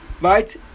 right